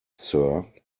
sir